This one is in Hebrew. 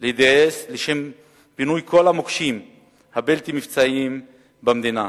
להתגייס לשם פינוי כל המוקשים הבלתי-מבצעיים במדינה.